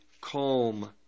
calm